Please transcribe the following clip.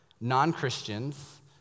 non-Christians